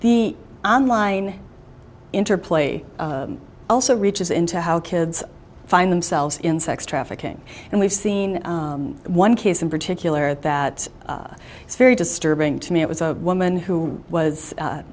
the online interplay also reaches into how kids find themselves in sex trafficking and we've seen one case in particular that it's very disturbing to me it was a woman who was